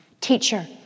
Teacher